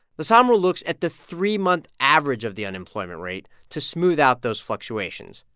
the sahm rule looks at the three-month average of the unemployment rate to smooth out those fluctuations.